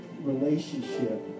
relationship